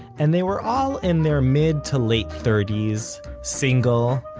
and they were all in their mid-to-late thirties, single,